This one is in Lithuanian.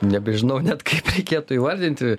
nebežinau net kaip reikėtų įvardinti